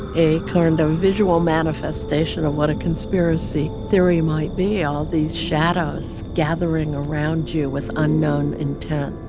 a kind of visual manifestation of what a conspiracy theory might be all these shadows gathering around you with unknown intent